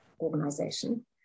organization